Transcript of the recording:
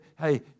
hey